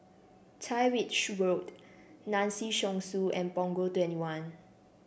Tyrwhitt Road Tan Si Chong Su and Punggol Twenty one